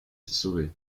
sauvé